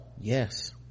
Yes